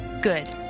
good